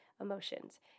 emotions